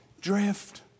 drift